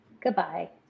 Goodbye